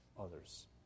others